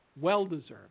well-deserved